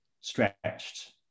stretched